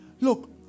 look